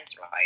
right